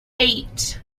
eight